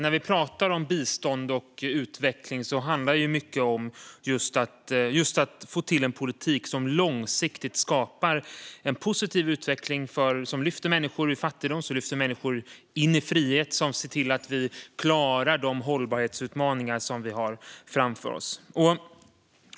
När vi pratar om bistånd och utveckling är det klart att mycket handlar om att få till en politik som långsiktigt skapar en positiv utveckling som lyfter människor ur fattigdom och lyfter in människor i frihet och som ser till att vi klarar de hållbarhetsutmaningar vi har framför oss.